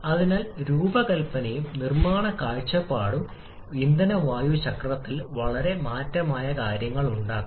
അപ്പോൾ നിന്ന് നമുക്ക് കാര്യക്ഷമത കണക്കാക്കാം അവിടെയും കാര്യക്ഷമതയും നമുക്ക് പ്രായോഗികമായി ലഭിക്കുന്നതിനോട് വളരെ അടുത്തായിരിക്കണം